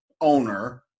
owner